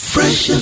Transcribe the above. Fresh